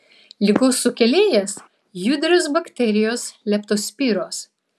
ligos sukėlėjas judrios bakterijos leptospiros